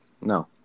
No